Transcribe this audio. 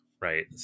right